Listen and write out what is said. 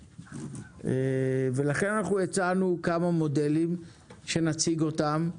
לכן הצענו כמה מודלים שנציג אותם,